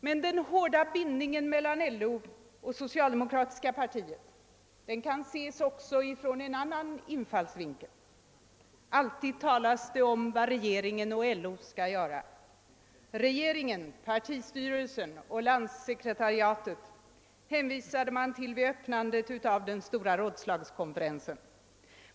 Men den hårda bindningen mellan LO och socialdemokratiska partiet kan också ses från en annan infallsvinkel. Alltid talas det om vad regeringen och LO skall göra. Regeringen, partistyrelsen och landssekretariatet hänvisade man till vid öppnandet av den stora rådslagskonferensen.